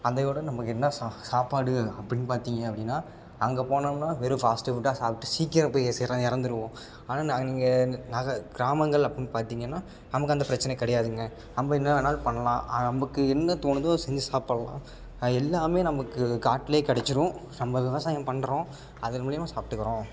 அதைவிட நமக்கு என்ன சாப் சாப்பாடு அப்படின்னு பார்த்தீங்க அப்படின்னா அங்கே போனோம்னால் வெறும் ஃபாஸ்ட் ஃபுட்டாக சாப்பிட்டு சீக்கிரம் போய் சே இறந்துடுவோம் ஆனால் நாங்கள் நீங்கள் நக கிராமங்கள் அப்படின்னு பார்த்தீங்கன்னா நமக்கு அந்த பிரச்சனை கிடையாதுங்க நம்ம என்ன வேணாலும் பண்ணலாம் நமக்கு என்ன தோணுதோ செஞ்சு சாப்பிட்லாம் எல்லாமே நமக்கு காட்டில் கிடைச்சிரும் நம்ம விவசாயம் பண்ணுறோம் அதன் மூலயமா சாப்பிட்டுக்கிறோம்